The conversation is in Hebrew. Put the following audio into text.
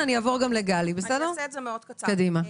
אעשה את זה קצר.